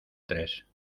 tres